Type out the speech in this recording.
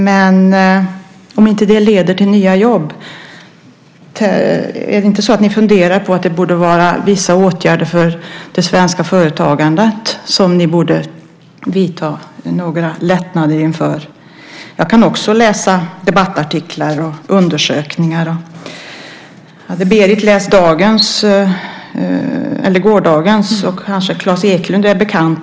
Men om det inte leder till nya jobb, funderar ni inte på att ni borde vidta vissa åtgärder och lättnader för det svenska företagandet? Jag kan också läsa debattartiklar och undersökningar. Kanske Klas Eklund är bekant.